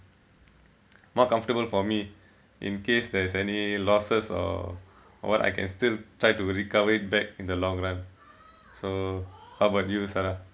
more comfortable for me in case there's any losses or what I can still try to recover it back in the long run so how about you sala